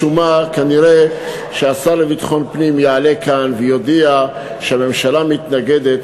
משום מה כנראה השר לביטחון פנים יעלה כאן ויודיע שהממשלה מתנגדת,